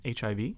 HIV